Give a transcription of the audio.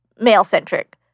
male-centric